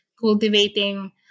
cultivating